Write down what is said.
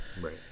Right